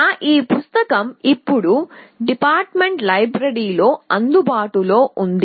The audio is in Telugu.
నా ఈ పుస్తకం ఇప్పుడు డిపార్ట్మెంట్ లైబ్రరీలో అందుబాటులో ఉంది